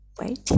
wait